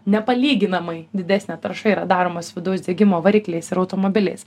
nepalyginamai didesnė tarša yra daroma su vidaus degimo varikliais ir automobiliais